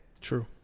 True